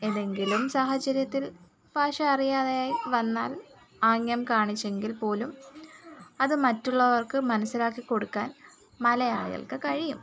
ഏതെങ്കിലും സാഹചര്യത്തിൽ ഭാഷ അറിയാതെ ആയി വന്നാൽ ആംഗ്യം കാണിച്ചെങ്കിൽ പോലും അത് മറ്റുള്ളവർക്ക് മനസിലാക്കി കൊടുക്കാൻ മലയാളികൾക്ക് കഴിയും